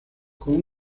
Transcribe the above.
con